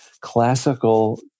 classical